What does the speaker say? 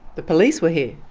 the police were here!